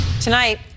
Tonight